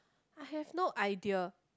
I have no idea